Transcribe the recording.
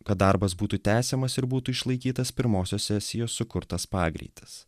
kad darbas būtų tęsiamas ir būtų išlaikytas pirmosios sesijos sukurtas pagreitis